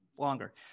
longer